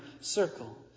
circle